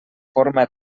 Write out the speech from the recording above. forma